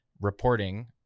reporting